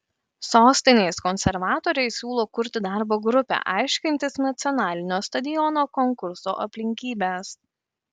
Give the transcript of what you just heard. sostinės konservatoriai siūlo kurti darbo grupę aiškintis nacionalinio stadiono konkurso aplinkybes